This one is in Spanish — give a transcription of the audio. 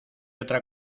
otra